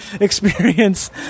experience